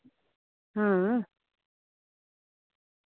हां